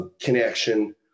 connection